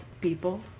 people